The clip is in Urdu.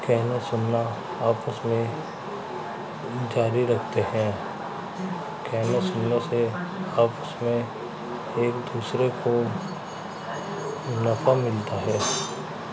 کہنا سننا آپس میں جاری رکھتے ہیں کہنے سننے سے آپس میں ایک دوسرے کو نفع ملتا ہے